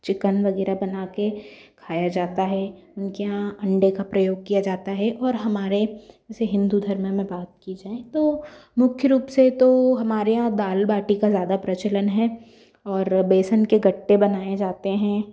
chicken वगैरह बनाके खाया जाता है उनके यहाँ अंडे का प्रयोग किया जाता है और हमारे जैसे हिन्दू धर्म की बात की जाये तो मुख्य रूप से तो हमारे यहाँ दाल बाटी का ज़्यादा प्रचलन है और बेसन के गट्टे बनाए जाते है